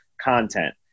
content